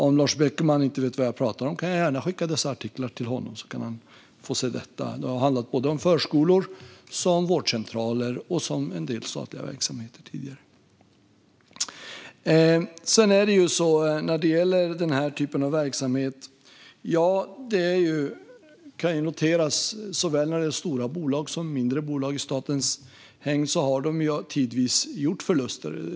Om Lars Beckman inte vet vad jag pratar om kan jag gärna skicka dessa artiklar till honom så kan han få se detta. Det har handlat om förskolor, vårdcentraler och en del tidigare statliga verksamheter. När det gäller den här typen av verksamhet kan det noteras när det gäller såväl stora bolag som mindre bolag i statens hägn att de tidvis har gjort förluster.